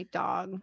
dog